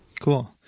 Cool